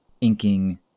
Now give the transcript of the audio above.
inking